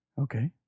Okay